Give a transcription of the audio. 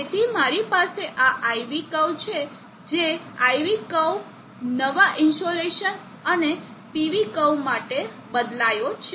તેથી મારી પાસે આ IV છે જે IV કર્વ નવા ઇનસોલેશન અને PV કર્વ માટે બદલાયો છે